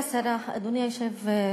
אדוני היושב-ראש,